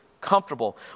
Comfortable